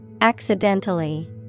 accidentally